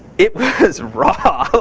it was raw.